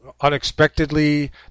unexpectedly